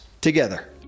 together